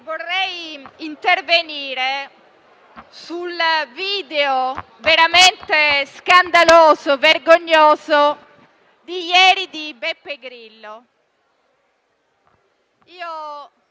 intervengo sul video veramente scandaloso e vergognoso di ieri di Beppe Grillo.